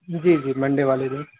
جی جی منڈے والے دن